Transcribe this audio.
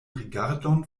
rigardon